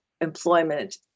employment